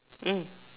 mm